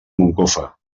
moncofa